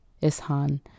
Ishan